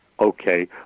Okay